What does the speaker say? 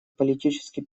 политический